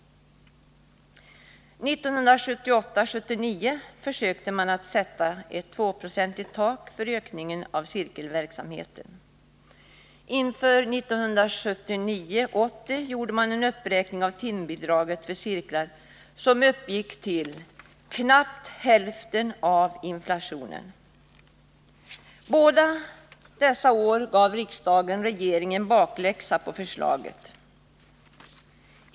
1978 80 gjorde man en uppräkning av timbidraget för cirklar som motsvarade knappt hälften av inflationen. Båda dessa år gav riksdagen regeringen bakläxa på förslaget.